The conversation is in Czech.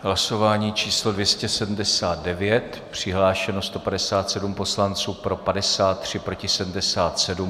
Hlasování číslo 279, přihlášeno 157 poslanců, pro 53, proti 77.